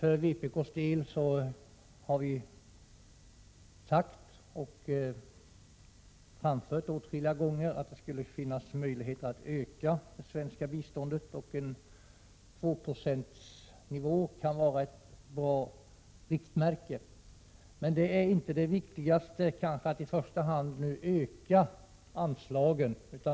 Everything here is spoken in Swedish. Vi har från vpk åtskilliga gånger framfört att det skulle finnas möjlighet att öka det svenska biståndet. En tvåprocentsnivå kan vara ett bra riktmärke. Men det viktigaste är kanske inte i första hand att öka anslagen.